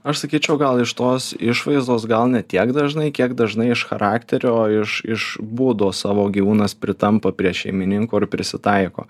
aš sakyčiau gal iš tos išvaizdos gal ne tiek dažnai kiek dažnai iš charakterio iš iš būdo savo gyvūnas pritampa prie šeimininko ir prisitaiko